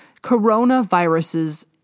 Coronaviruses